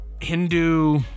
Hindu